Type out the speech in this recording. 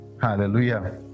Hallelujah